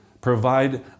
provide